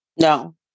No